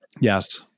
Yes